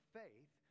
faith